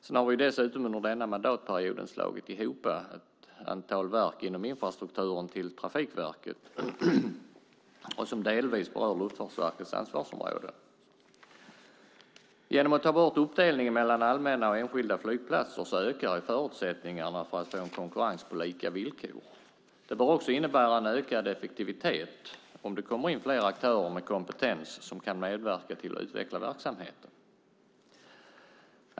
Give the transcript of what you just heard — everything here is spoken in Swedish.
Vi har dessutom under denna mandatperiod slagit samman ett antal verk inom infrastrukturen till Trafikverket och som delvis berör Luftfartsverkets ansvarsområde. Genom att ta bort uppdelningen mellan allmänna och enskilda flygplatser ökar förutsättningarna för att få en konkurrens på lika villkor. Det bör också innebära en ökad effektivitet om det kommer in fler aktörer med kompetens som kan medverka till att utveckla verksamheten.